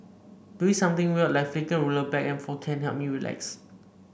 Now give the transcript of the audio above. doing something weird like flicking a ruler back and forth can help me relax